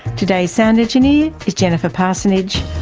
today's sound engineer is jennifer parsonage.